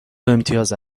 امتیاز